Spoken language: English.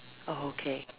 oh okay